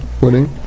winning